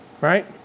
Right